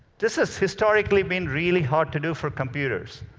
this has historically been really hard to do for computers.